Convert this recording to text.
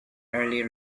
early